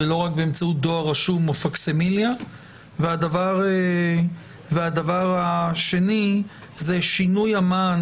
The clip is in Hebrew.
ולא רק באמצעות דואר רשום או פקסימיליה; והדבר השני זה שינוי המען